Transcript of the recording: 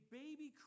baby